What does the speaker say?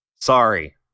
Sorry